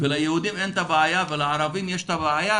וליהודים אין את הבעיה ולערבים יש את הבעיה,